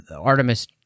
artemis